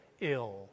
ill